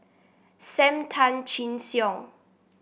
Sam Tan Chin Siong